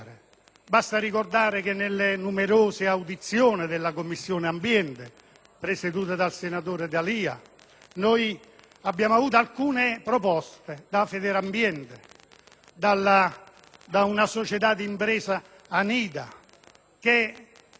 Basti ricordare che nelle numerose audizioni della Commissione ambiente, presieduta dal senatore D'Alia, abbiamo avuto alcune proposte da Federambiente e dalla società d'imprese ANIDA, che